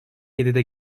yedide